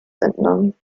entnommen